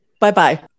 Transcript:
Bye-bye